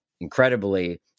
incredibly